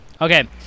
Okay